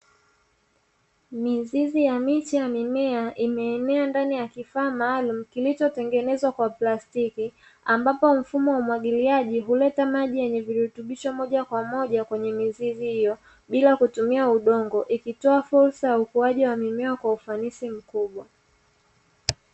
Mizizi ya miche ya mimea imeenea ndani ya kifaa maalumu kilichotengenezwa kwa plastiki ambapo mfumo wa umwagiliaji huleta maji yenye virutubisho moja kwa moja kwenye mizizi hiyo, bila kutumia udongo ikitoa fursa ya ukuaji wa mimea kwa ufanisi mkubwa.